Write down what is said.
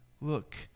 look